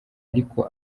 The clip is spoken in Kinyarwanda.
ariko